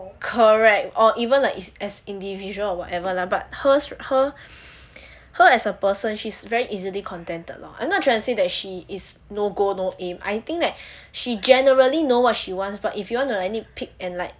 correct or even like is as individual or whatever lah but hers her her as a person she's very easily contented lor I'm not trying to say that she is no goal no aim I think like she generally know what she wants but if you want to nitpick and like